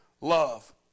love